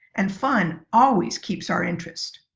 and fun always keeps our interest.